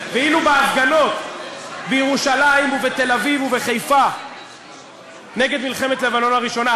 ואילו בהפגנות בירושלים ובתל-אביב ובחיפה נגד מלחמת לבנון הראשונה,